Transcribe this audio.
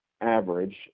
average